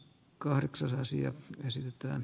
kahdeksas asia esitetään